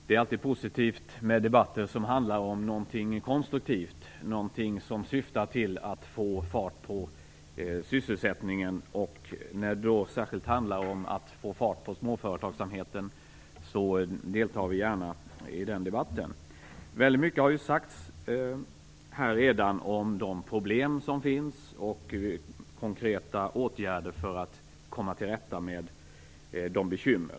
Herr talman! Det är alltid positivt med debatter som handlar om något konstruktivt, något som syftar till att få fart på sysselsättningen. Särskilt när det handlar om att få fart på småföretagsamheten deltar vi gärna i debatten. Väldigt mycket har redan sagts om de problem som finns och om konkreta åtgärder för att komma till rätta med bekymren.